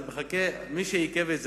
מי שעיכב את זה,